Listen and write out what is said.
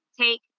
take